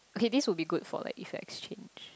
okay this would be good for like effects change